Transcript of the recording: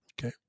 Okay